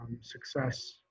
success